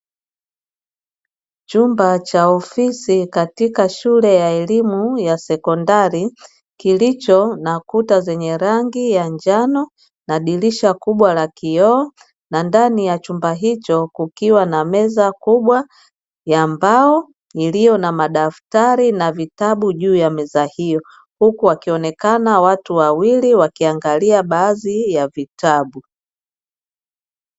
Chumba cha ofisi katika shule ya elimu ya sekondari kilicho na kuta zenye rangi ya njano na dirisha kubwa la kioo na ndani ya chumba hicho kukiwa na meza kubwa ya mbao iliyo na madaftari na vitabu juu ya meza hiyo, huku wakionekana watu wawili wakiangalia baadhi ya vitabu.